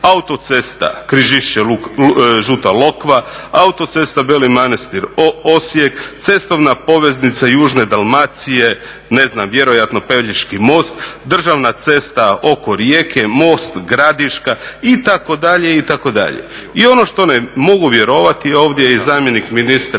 autocesta Križišće – Žuta Lokva, autocesta Beli Manastir – Osijek, cestovna poveznica južne Dalmacije ne znam vjerojatno Pelješki most, državna cesta oko Rijeke, most Gradiška itd. itd. I ono što ne mogu vjerovati ovdje je i zamjenik ministra